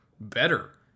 better